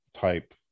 type